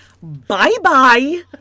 Bye-bye